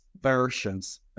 versions